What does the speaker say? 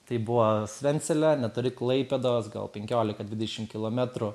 tai buvo svencelė netoli klaipėdos gal penkiolika dvidešim kilometrų